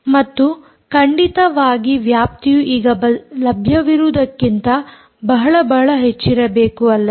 ಮತ್ತು ಖಂಡಿತವಾಗಿ ವ್ಯಾಪ್ತಿಯು ಈಗ ಲಭ್ಯವಿರುವುದಕ್ಕಿಂತ ಬಹಳ ಬಹಳ ಹೆಚ್ಚಿರಬೇಕು ಅಲ್ಲವೇ